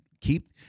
keep